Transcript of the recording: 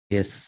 Yes